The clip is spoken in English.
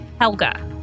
Helga